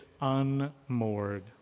unmoored